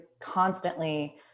constantly